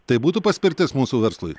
tai būtų paspirtis mūsų verslui